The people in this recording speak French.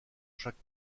chaque